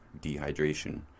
dehydration